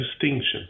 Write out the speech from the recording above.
distinction